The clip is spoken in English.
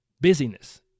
busyness